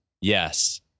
Yes